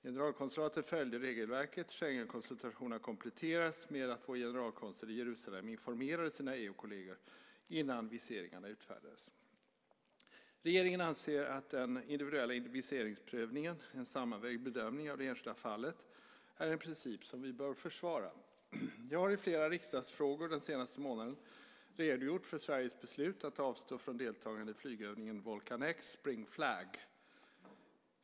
Generalkonsulatet följde regelverket. Schengenkonsultationerna kompletterades med att vår generalkonsul i Jerusalem informerade sina EU-kolleger innan viseringarna utfärdades. Regeringen anser att den individuella viseringsprövningen - en sammanvägd bedömning av det enskilda fallet - är en princip som vi bör försvara. Jag har i samband med flera riksdagsfrågor den senaste månaden redogjort för Sveriges beslut att avstå från deltagande i flygövningen Volcanex/Spring Flag.